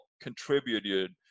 contributed